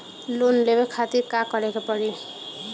Loan लेवे खातिर का करे के पड़ी?